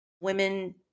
Women